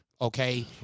Okay